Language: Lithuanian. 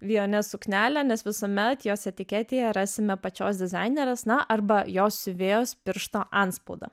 vijonė suknelę nes visuomet jos etiketėje rasime pačios dizainerės na arba jos siuvėjos piršto antspaudą